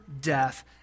death